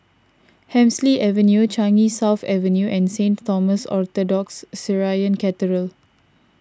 Hemsley Avenue Changi South Avenue and Saint Thomas Orthodox Syrian Cathedral